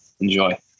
Enjoy